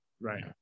Right